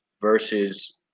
Versus